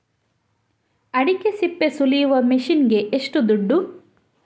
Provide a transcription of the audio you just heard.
ಅಡಿಕೆ ಸಿಪ್ಪೆ ಸುಲಿಯುವ ಮಷೀನ್ ಗೆ ಏಷ್ಟು ದುಡ್ಡು?